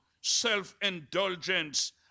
self-indulgence